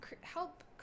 help